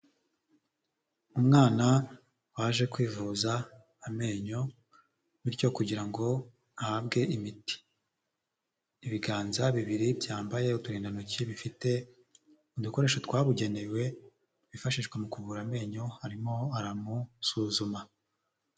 Umwana waje kwivuza amenyo bityo kugira ngo ahabwe imiti, ibiganza bibiri byambaye uturindantoki bifite udukoresho twabugenewe, twifashishwa mu ku kuvura amenyo arimo aramusuzuma.